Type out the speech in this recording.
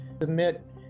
submit